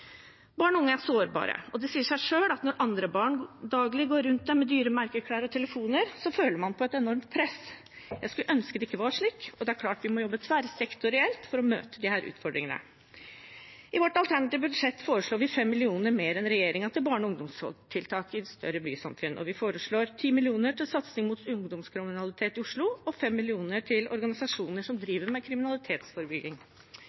Barn og unge er sårbare, og det sier seg selv at når andre barn daglig går rundt dem med dyre merkeklær og telefoner, føler man på et enormt press. Jeg skulle ønske det ikke var slik, og det er klart vi må jobbe tverrsektorielt for å møte disse utfordringene. I vårt alternative budsjett foreslår vi 5 mill. kr mer enn regjeringen til barne- og ungdomstiltak i større bysamfunn, og vi foreslår 10 mill. kr til satsing mot ungdomskriminalitet i Oslo og 5 mill. kr til organisasjoner som